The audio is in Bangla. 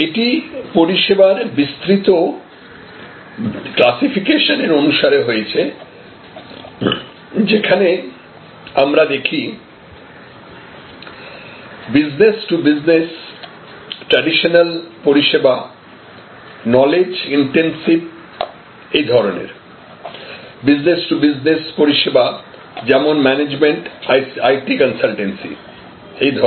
এটি পরিষেবার বিস্তৃত ক্লাসিফিকেশন এর অনুসারে হয়েছে যেখানে আমরা দেখি বিজনেস টু বিজনেস ট্র্যাডিশনাল পরিষেবা knowledge intensive business to business পরিষেবা যেমন ম্যানেজমেন্ট IT কনসালটেন্সি এই ধরনের